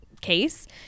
case